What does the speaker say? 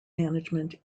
management